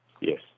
Yes